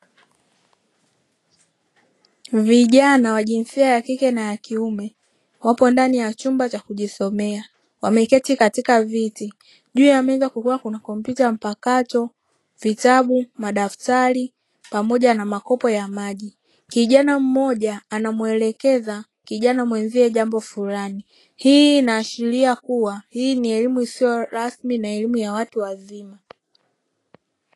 Vijana wa jinsia ya kike na ya kiume, wako ndani ya chumba cha kujisomea. Wameketi katika viti, juu ya meza kukiwa na: kompyuta mpakato, vitabu, madaftari pamoja na makopo ya maji. Kijana mmoja anamuelekeza kijana mwenzie jambo fulani. Hii inaashiria kuwa hii ni elimu isiyo rasmi na elimu ya watu wazima.